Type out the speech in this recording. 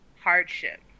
hardship